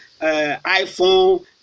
iPhone